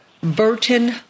Burton